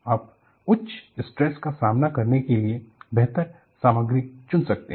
आप उच्च स्ट्रेस का सामना करने के लिए बेहतर सामग्री चुन सकते हैं